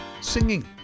singing